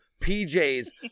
PJ's